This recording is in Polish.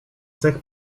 cech